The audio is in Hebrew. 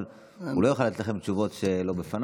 אבל הוא לא יכול לתת לכם תשובות שלא בפניו,